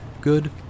Good